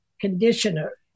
Conditioner